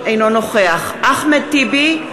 אינו נוכח אחמד טיבי,